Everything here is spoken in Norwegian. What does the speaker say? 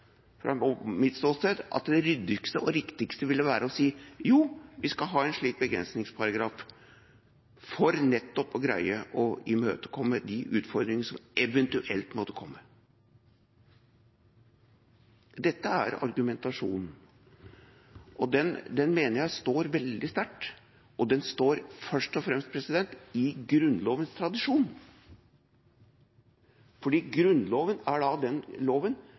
fra mitt ståsted at det ryddigste og riktigste ville være å si at jo, vi skal ha en slik begrensningsparagraf for nettopp å greie å imøtekomme de utfordringene som eventuelt måtte komme. Dette er argumentasjonen, og den mener jeg står veldig sterkt, og den står først og fremst i Grunnlovens tradisjon. Grunnloven er den loven